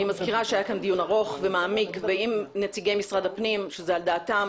אני מזכירה שהיה כאן דיון ארוך ומעמיק עם נציגי משרד הפנים שזה על דעתם.